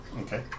Okay